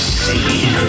see